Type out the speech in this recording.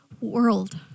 world